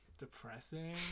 Depressing